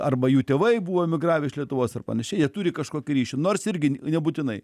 arba jų tėvai buvo emigravę iš lietuvos ar panašiai jie turi kažkokį ryšį nors irgi nebūtinai